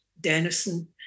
Denison